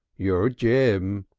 your jim,